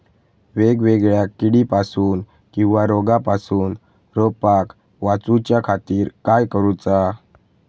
वेगवेगल्या किडीपासून किवा रोगापासून रोपाक वाचउच्या खातीर काय करूचा?